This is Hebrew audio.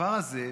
הדבר הזה,